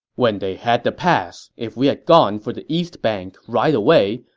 when they had the pass, if we had gone for the east bank right away,